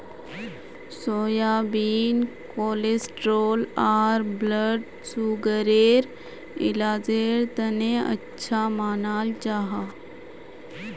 soybean cholesterol आर blood सुगरर इलाजेर तने अच्छा मानाल जाहा